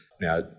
Now